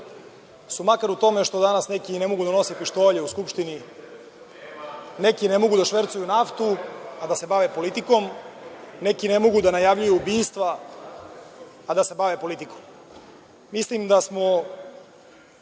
su makar u tome što danas neki ne mogu da nose pištolje u Skupštini, neki ne mogu da švercuju naftu, a da se bave politikom, neki ne mogu da najavljuju ubistva, a da se bave politikom. Mislim da smo